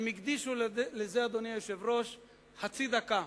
והם הקדישו לזה חצי דקה,